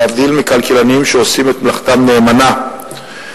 להבדיל מכלכלנים שעושים את מלאכתם נאמנה,